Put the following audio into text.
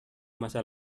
masa